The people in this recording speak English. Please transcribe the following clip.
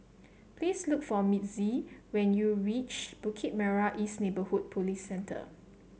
please look for Mitzi when you reach Bukit Merah East Neighbourhood Police Centre